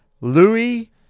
Louis